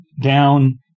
down